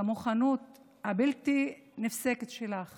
בנכונות הבלתי-נפסקת שלך